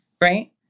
right